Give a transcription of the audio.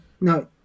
No